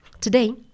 Today